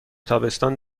تابستان